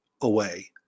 away